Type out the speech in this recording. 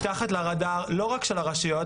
מתחת לרדאר - לא רק של הרשויות,